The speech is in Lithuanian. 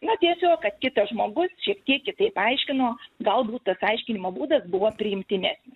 na tiesiog kad kitas žmogus šiek tiek kitaip aiškino galbūt tas aiškinimo būdas buvo priimtinesnis